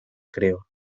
creo